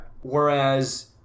whereas